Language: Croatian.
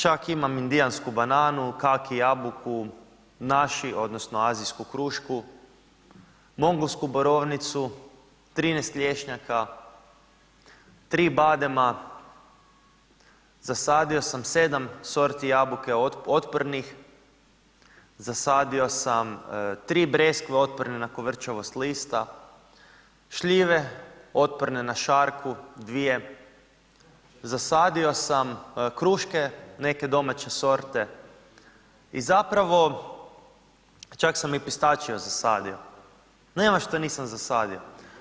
Čak imam indijansku bananu, kaki jabuku, nashi, odnosno azijsku krušku, mongolsku borovnicu, 13 lješnjaka, 3 badema, zasadio sam 7 sorti jabuke otpornih, zasadio sam 3 breskve otporne na kovrčavost lista, šljive otporne na šarku, dvije, zasadio sam kruške neke domaće sorte i zapravo čak sam i pistačio zasadio, nema šta nisam zasadio.